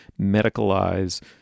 medicalize